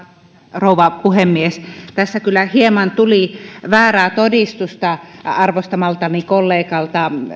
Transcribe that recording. rouva puhemies tässä kyllä hieman tuli väärää todistusta arvostamaltani kollegalta